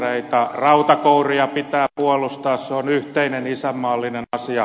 duunareita rautakouria pitää puolustaa se on yhteinen isänmaallinen asia